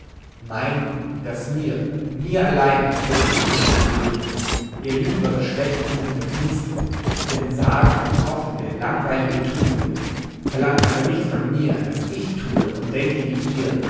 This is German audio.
mein gut das mir mir allein nützliche und genehme ihr lügt eure schwächen um in verdienste in entsagende hoffende langweilige tugenden verlangt aber nicht von mir daß ich tue und denke wie ihr